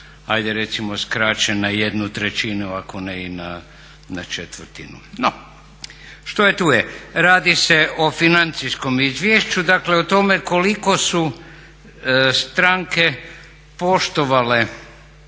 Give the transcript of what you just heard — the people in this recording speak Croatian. hajde recimo skraćen na jednu trećinu ako ne i na četvrtinu. No, što je tu je. Radi se o financijskom izvješću, dakle o tome koliko su stranke poštovale